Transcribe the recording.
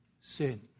sin